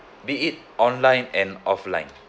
be it online and offline